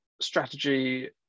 strategy